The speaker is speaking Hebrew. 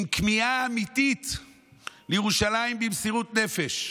עם כמיהה אמיתית לירושלים, במסירות נפש.